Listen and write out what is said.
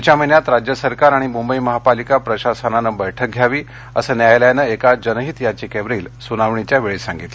पुढच्या महिन्यात राज्य सरकार आणि मुंबई महापालिका प्रशासनानं बैठक घ्यावी असं न्यायालयानं एका जनहित याचिकेवरील सुनावणीवेळी सांगितलं